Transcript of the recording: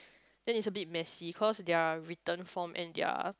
then it's a bit messy because their written form and their